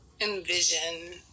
envision